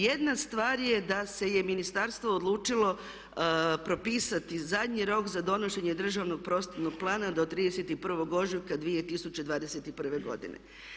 Jedna stvar je da se je ministarstvo odlučilo propisati zadnji rok za donošenje državnog prostornog plana do 31. ožujka 2021. godine.